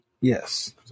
Yes